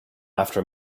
after